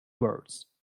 words